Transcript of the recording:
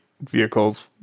vehicles